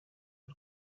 rwe